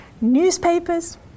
Newspapers